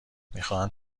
میخواهند